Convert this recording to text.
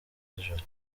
z’ijoro